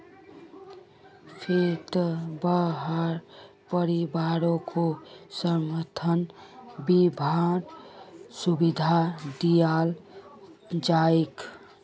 फ्रीत वहार परिवारकों स्वास्थ बीमार सुविधा दियाल जाछेक